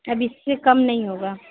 اب اِس سے کم نہیں ہوگا